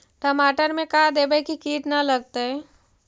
टमाटर में का देबै कि किट न लगतै?